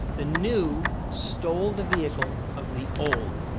the new stole the vehicle of the old.